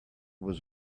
was